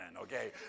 Okay